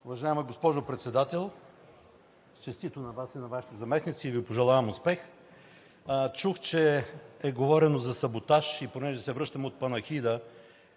Уважаема госпожо Председател, честито на Вас и на Вашите заместници и Ви пожелавам успех! Чух, че е говорено за саботаж и понеже се връщам от панихида